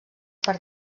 per